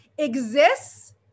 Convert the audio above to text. exists